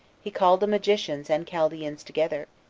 he called the magicians and chaldeans together,